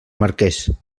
marqués